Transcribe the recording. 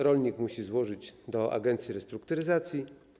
Rolnik musi złożyć wniosek do agencji restrukturyzacji.